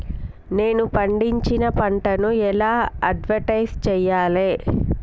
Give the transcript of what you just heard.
నేను పండించిన పంటను ఎలా అడ్వటైస్ చెయ్యాలే?